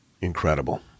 Incredible